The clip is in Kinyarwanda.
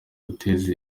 guteza